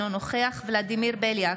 אינו נוכח ולדימיר בליאק,